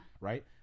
right